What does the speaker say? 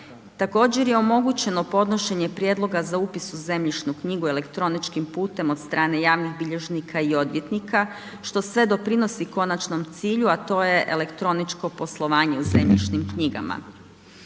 Također je omogućeno podnošenje prijedloga za upis u zemljišnu knjigu elektroničkim putem od strane javnih bilježnika i odvjetnika što sve doprinosi konačnom cilju a to je elektroničko poslovanje u zemljišnim knjigama.